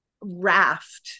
raft